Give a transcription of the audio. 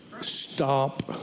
stop